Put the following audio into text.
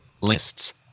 Lists